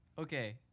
Okay